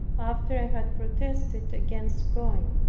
after i had protested against going.